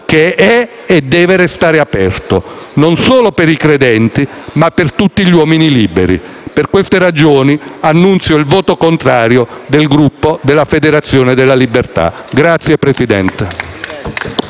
che è e deve restare aperto, non solo per i credenti, ma per tutti gli uomini liberi. Per queste ragioni, annuncio il voto contrario del Gruppo Federazione della Libertà. *(Applausi